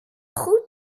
goed